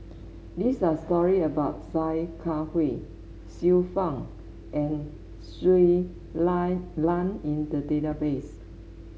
these are story about Sia Kah Hui Xiu Fang and Shui Lan in the database